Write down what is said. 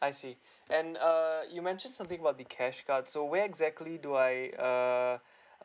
I see and uh you mention something about the cash card so where exactly do I err